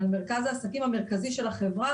אבל מרכז העסקים המרכזי של החברה,